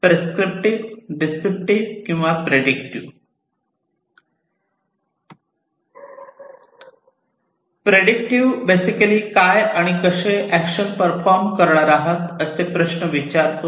prescriptive descriptive किंवा predictive prescriptive basically काय आणि कसे एक्शन परफॉर्म करणार आहात असे प्रश्न विचारतो